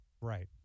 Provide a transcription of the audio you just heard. Right